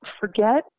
forget